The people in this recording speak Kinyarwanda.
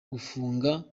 gufunga